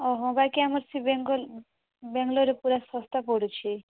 ଅହୋ ବାକି ଆମର ସେ ବେଙ୍ଗଲ୍ର ବ୍ୟାଙ୍ଗଲୋର୍ରେ ପୁରା ଶସ୍ତା ପଡ଼ୁଛି